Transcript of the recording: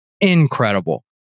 incredible